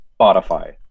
Spotify